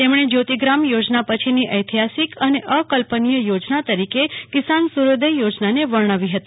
તેમણે જ્યોતિગ્રામ યોજના પછીની ઐતિહાસિક અને અકલ્પનીય યોજના તરીકે કિસાન સુર્યોદય યોજનાને વર્ણવી હતી